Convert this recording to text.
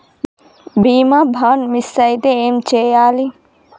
బీమా bond miss అయితే ఏం చేయాలి?